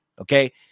Okay